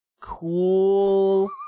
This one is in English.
cool